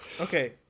Okay